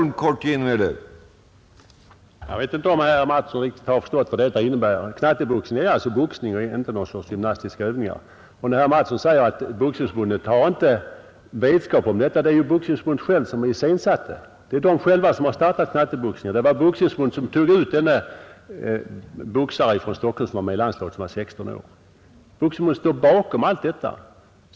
Herr talman! Jag vet inte om herr Mattsson i Lane-Herrestad riktigt förstått vad detta innebär. Knatteboxning är boxning och inte något slags gymnastiska övningar. När herr Mattsson säger att Boxningsförbundet inte har vetskap om detta vill jag säga, att det är Boxningsförbundet självt som har iscensatt det. Det är förbundet självt som har startat knatteboxningarna och det var också det som tog ut den Stockholmsboxare som var 16 år till landslaget. Boxningsförbundet står bakom allt detta.